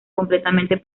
completamente